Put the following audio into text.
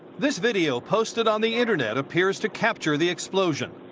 this video posted on the internet appears to capture the explosion.